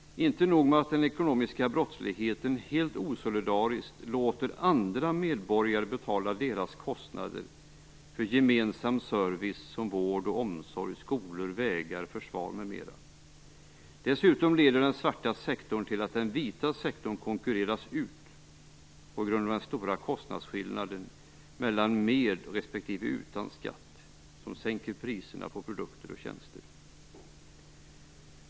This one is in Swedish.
Inte nog med att den ekonomiska brottsligheten helt osolidariskt låter andra medborgare betala deras kostnader för gemensam service som vård, omsorg, skolor, vägar, försvar m.m. Den svarta sektorn leder dessutom till att den vita sektorn konkurreras ut på grund av den stora kostnadsskillnaden - med respektive utan skatt - som sänker priserna på produkter och tjänster.